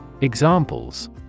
Examples